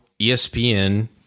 ESPN